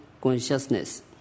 consciousness